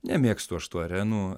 nemėgstu aš tų arenų